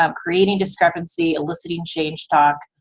um creating discrepancy, eliciting change talk.